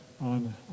on